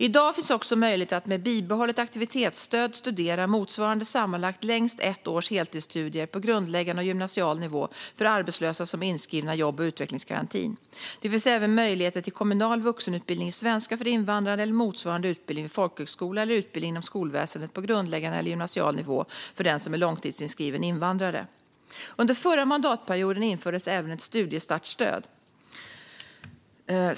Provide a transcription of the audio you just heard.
I dag finns också möjlighet att med bibehållet aktivitetsstöd studera motsvarande sammanlagt längst ett års heltidsstudier på grundläggande och gymnasial nivå för arbetslösa som är inskrivna i jobb och utvecklingsgarantin. Det finns även möjligheter till kommunal vuxenutbildning i svenska för invandrare eller motsvarande utbildning vid folkhögskola eller utbildning inom skolväsendet på grundläggande eller gymnasial nivå för den som är långtidsinskriven invandrare. Under förra mandatperioden infördes även ett studiestartsstöd.